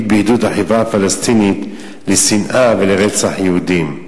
בעידוד החברה הפלסטינית לשנאה ולרצח יהודים.